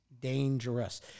Dangerous